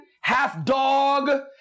half-dog